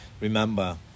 remember